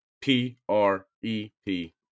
P-R-E-P